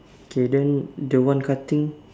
okay then the one cutting